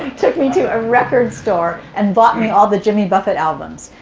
took me to a record store and bought me all the jimmy buffett albums,